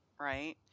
Right